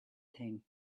thing